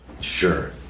Sure